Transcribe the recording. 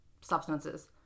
substances